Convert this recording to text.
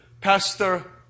Pastor